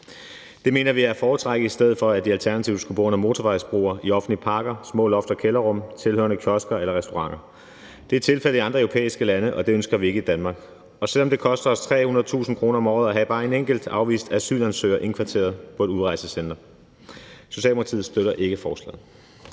Det mener vi er at foretrække, i stedet for at de alternativt skulle bo under motorvejsbroer, i offentlige parker, små loft- og kælderrum tilhørende kiosker eller restauranter. Det er tilfældet i andre europæiske lande, og det ønsker vi ikke i Danmark, selv om det koster os 300.000 kr. om året at have bare en enkelt afvist asylansøger indkvarteret på et udrejsecenter. Socialdemokratiet støtter ikke forslaget.